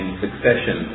succession